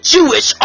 Jewish